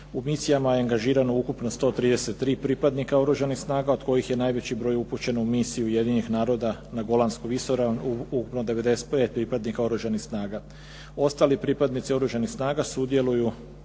u misijama je angažirano ukupno 133 pripadnika Oružanih snaga od kojih je najveći broj upućen u misiju Ujedinjenih naroda na Golansku visoravan ukupno 95 pripadnika Oružanih snaga. Ostali pripadnici Oružanih snaga sudjeluju